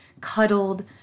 cuddled